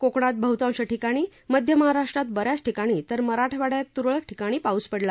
कोकणात बहुतांश ठिकाणी मध्य महाराष्ट्रात ब याच ठिकाणी तर मराठवाड्यात तुरळक ठिकाणी पाऊस पडला